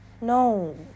no